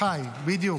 שנגחאי, בדיוק.